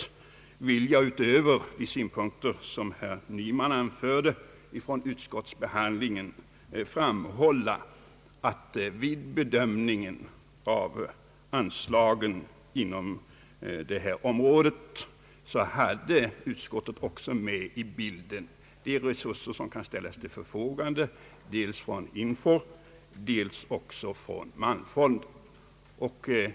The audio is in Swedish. I anslutning därtill vill jag — utöver de synpunkter angående utskottsbehandlingen som herr Nyman anförde — framhålla att vid be Gömningen av anslagen inom detta område utskottet också hade med i bilden de resurser som kan ställas till förfogande dels från INFOR, dels från Malmfonden.